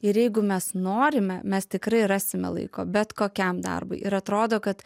ir jeigu mes norime mes tikrai rasime laiko bet kokiam darbui ir atrodo kad